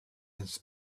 his